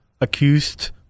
accused